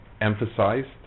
emphasized